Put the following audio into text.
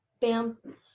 bam